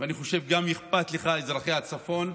ואני חושב שגם אכפת לך מאזרחי הצפון,